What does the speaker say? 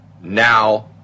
now